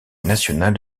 national